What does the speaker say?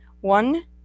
one